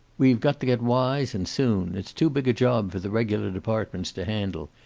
we've got to get wise, and soon. it's too big a job for the regular departments to handle.